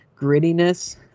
grittiness